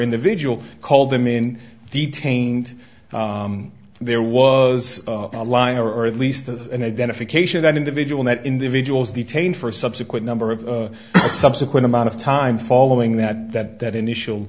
individual call them in detained there was a lie or at least of an identification that individual met individuals detained for subsequent number of a subsequent amount of time following that that that initial